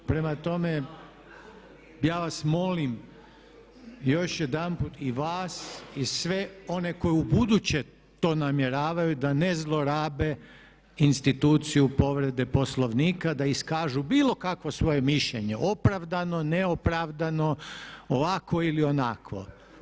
Prema tome, ja vas molim još jedanput i vas i sve one koji ubuduće to namjeravaju da ne zlorabe instituciju povrede Poslovnika da iskažu bilo kakvo svoj mišljenje, opravdano, neopravdano, ovakvo ili onakvo.